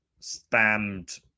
spammed